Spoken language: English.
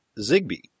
Zigbee